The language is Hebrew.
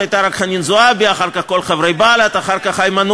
אותן, כולם היו חושבים שהתחרפנתי.